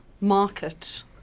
market